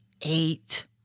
eight